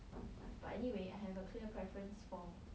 but anyway I have a clear preference for